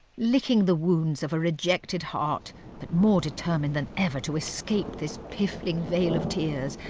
licking the wounds of a rejected heart, but more determined than ever to escape this piffling vale of tears,